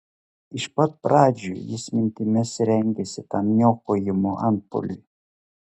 ir iš pat pradžių jis mintyse rengėsi tam niokojimo antpuoliui